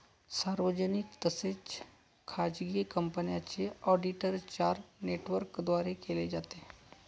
सार्वजनिक तसेच खाजगी कंपन्यांचे ऑडिट चार नेटवर्कद्वारे केले जाते